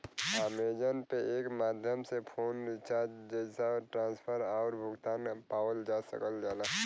Amazon Pay के माध्यम से फ़ोन रिचार्ज पैसा ट्रांसफर आउर भुगतान पावल जा सकल जाला